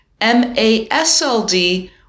MASLD